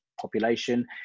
population